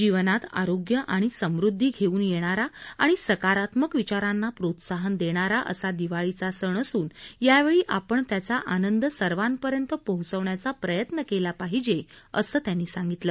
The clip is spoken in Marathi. जीवनात आरोग्य आणि समृद्धी घेऊन येणारा आणि सकारात्मक विचारांना प्रोत्साहन देणारा असा दिवाळीचा सण असून यावेळी आपण त्याचा आनंद सर्वांपर्यंत पोहोचवण्याचा प्रयत्न केला पाहिजे असं त्यांनी सांगितलं